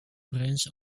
branch